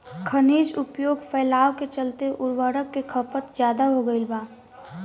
खनिज उपयोग फैलाव के चलते उर्वरक के खपत ज्यादा हो गईल बा